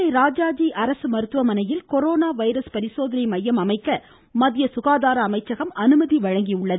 மதுரை ராஜாஜி மருத்துவமனையில் corona virus பரிசோதனை மையம் அமைக்க மத்திய சுகாதார அமைச்சகம் அனுமதி வழங்கியுள்ளது